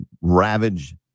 ravage